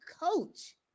coach